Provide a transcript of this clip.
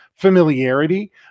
familiarity